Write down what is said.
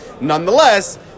Nonetheless